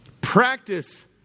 practice